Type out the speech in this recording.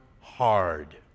hard